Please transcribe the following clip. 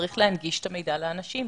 צריך להנגיש את המידע לאנשים,